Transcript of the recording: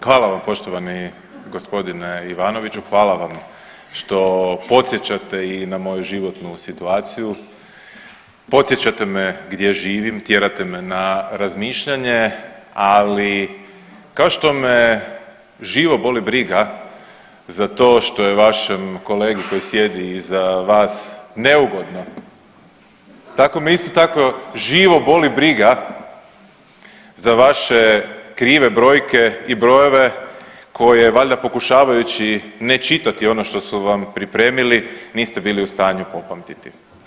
Hvala vam poštovani gospodine Ivanoviću, hvala vam što podsjećate i na moju životnu situaciju, podsjećate me gdje živim, tjerate me na razmišljanje, ali to što me živo boli briga što je vašem kolegi koji sjedi iza vas neugodno tako me isto tako živo boli briga za vaše krive brojke i brojeve koje valjda pokušavajući ne čitati ono što su vam pripremili niste bili u stanju popamtiti.